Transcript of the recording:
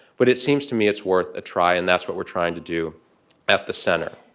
but it seems to me it's worth a try, and that's what we're trying to do at the center.